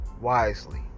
wisely